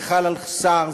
זה חל על שר,